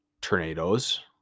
tornadoes